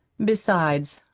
besides,